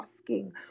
asking